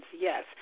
yes